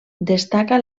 destaca